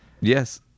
Yes